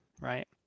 right